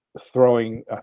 throwing